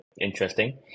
interesting